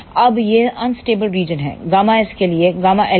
अब यह unstable region है Γs के लिए ΓL के लिए